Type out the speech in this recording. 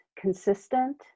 consistent